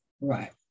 Right